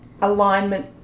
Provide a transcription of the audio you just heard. alignment